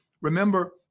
remember